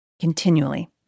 Continually